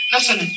Listen